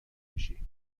میشی